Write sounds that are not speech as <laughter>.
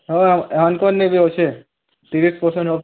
<unintelligible>